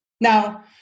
Now